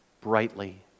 brightly